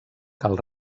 cal